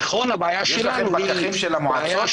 נכון שהבעיה -- יש לכם פקחים של המועצות,